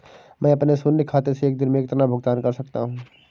मैं अपने शून्य खाते से एक दिन में कितना भुगतान कर सकता हूँ?